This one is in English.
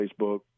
Facebook